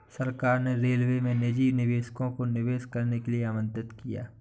सरकार ने रेलवे में निजी निवेशकों को निवेश करने के लिए आमंत्रित किया